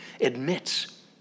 admits